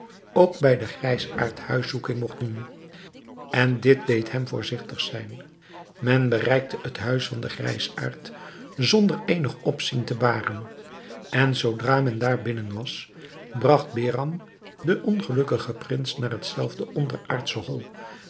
ook bij den grijsaard huiszoeking mogt doen en dit deed hem voorzichtig zijn men bereikte het huis van den grijsaard zonder eenig opzien te baren en zoodra men daar binnen was bragt behram den ongelukkigen prins naar het zelfde onderaardsche hol